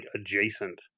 adjacent